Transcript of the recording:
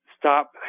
stop